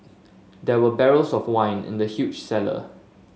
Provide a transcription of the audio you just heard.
there were barrels of wine in the huge cellar